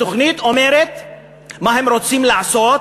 התוכנית אומרת מה הם רוצים לעשות,